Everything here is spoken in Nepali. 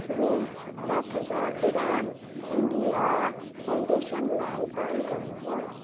रु सात हजार उडान इन्डिया फाउन्डेसनलाई दान गर्नुहोस्